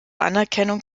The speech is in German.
anerkennung